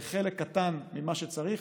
זה חלק קטן ממה שצריך,